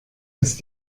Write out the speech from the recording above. ist